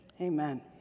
Amen